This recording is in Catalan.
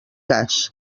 cas